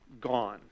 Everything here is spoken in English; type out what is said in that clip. gone